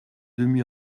demi